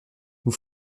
vous